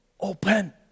Open